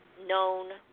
known